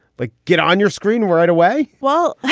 like get on your screen right away. well,